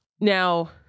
Now